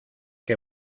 que